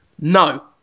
No